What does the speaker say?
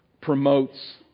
promotes